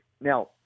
Now